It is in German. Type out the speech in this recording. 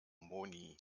moni